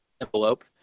envelope